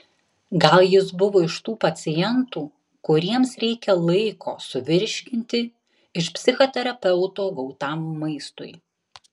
gal jis buvo iš tų pacientų kuriems reikia laiko suvirškinti iš psichoterapeuto gautam maistui